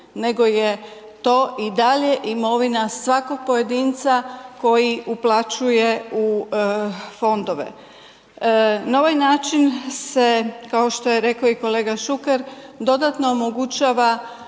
nego je to i dalje imovina svakog pojedina koji uplaćuje u fondove. Na ovaj način se, kao što je reko i kolega Šuker, dodatno omogućava